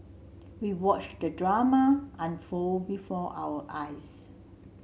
we watched the drama unfold before our eyes